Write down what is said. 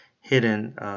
hidden